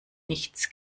nichts